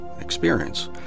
experience